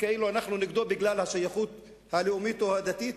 וכאילו אנו נגדו בגלל השייכות הלאומית או הדתית,